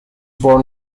born